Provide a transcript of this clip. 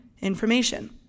information